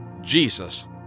Jesus